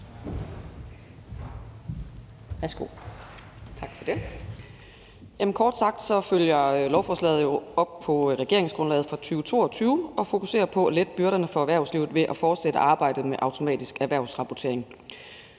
Tak for ordet.